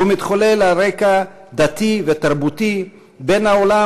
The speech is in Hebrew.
והוא מתחולל על רקע דתי ותרבותי בין העולם